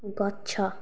ଗଛ